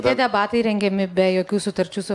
tie debatai rengiami be jokių sutarčių su